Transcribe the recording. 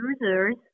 users